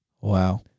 Wow